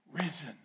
risen